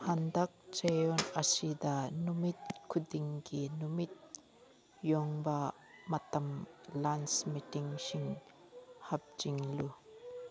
ꯍꯟꯗꯛ ꯆꯌꯣꯜ ꯑꯁꯤꯗ ꯅꯨꯃꯤꯠ ꯈꯨꯗꯤꯡꯒꯤ ꯅꯨꯃꯤꯠ ꯌꯨꯡꯕ ꯃꯇꯝ ꯂꯟꯁ ꯃꯤꯇꯤꯡꯁꯤꯡ ꯍꯥꯞꯆꯤꯜꯂꯨ